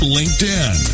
LinkedIn